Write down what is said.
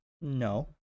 No